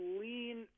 lean